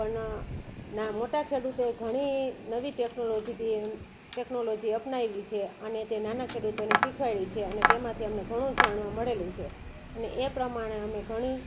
પણ ના મોટા ખેડૂતોએ ઘણી નવી ટેક્નોલોજીથી ટેક્નોલોજી અપનાવી છે અને તે નાના ખેડૂતોને શીખવાડી છે અને તેમાંથી અમને ઘણું જ જાણવા મળેલું છે અને એ પ્રમાણે અમે ઘણી